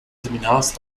seminars